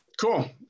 Cool